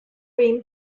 rim